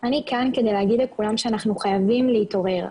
אני כאן, כדי להגיד כולם שאנחנו חייבים להתעורר,